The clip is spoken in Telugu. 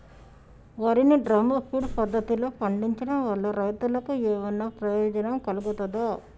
వరి ని డ్రమ్ము ఫీడ్ పద్ధతిలో పండించడం వల్ల రైతులకు ఏమన్నా ప్రయోజనం కలుగుతదా?